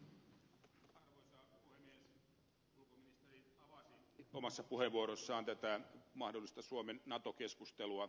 ulkoministeri avasi omassa puheenvuorossaan tätä mahdollista suomen nato keskustelua